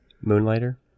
Moonlighter